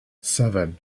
seven